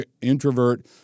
introvert